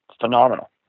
phenomenal